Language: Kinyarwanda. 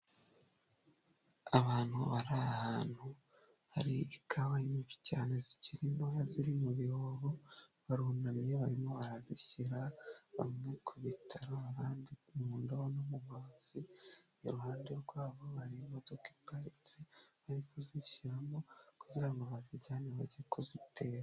Abantu bari ahantu hari ikawa nyinshi cyane zikiri ntoya ziri mu bihobo barunamye barimo barazishyira bamwe ku bitaro abandi mudobo no mu mabasi, iruhande rwabo bari imodoka iparitse yo kuzishyiramo kugira ngo bazijyane bage kuzitera.